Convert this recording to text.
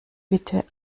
bitte